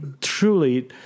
truly